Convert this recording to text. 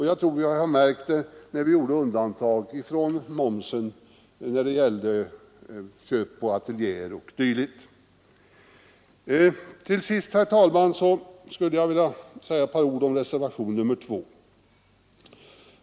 Jag tror nog att det har märkts i samband med att vi gjorde undantag från momsen vid köp på ateljéer. Till sist, herr talman, skulle jag vilja säga ett par ord om reservationen 2.